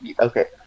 okay